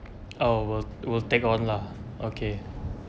oh will will take on lah okay